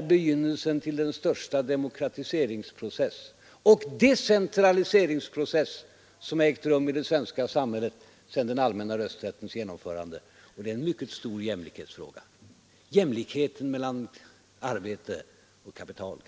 så — begynnelsen till den största demokratiseringsprocess och decentraliseringsprocess som ägt rum i det svenska samhället efter den allmänna rösträttens genomförande. Det är en mycket stor jämlikhetsfråga: jämlikheten mellan arbete och kapital.